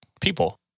people